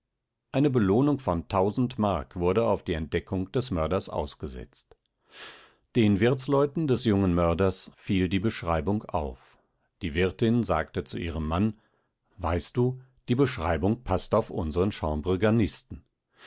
eine belohnung von tausend mark wurde auf die entdeckung des mörders ausgesetzt den wirtsleuten des jungen mörders fiel die beschreibung auf die wirtin sagte zu ihrem mann weißt du die beschreibung paßt auf unseren